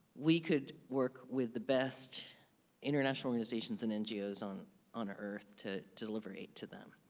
we could work with the best international organizations and ngos on on earth to deliver aid to them,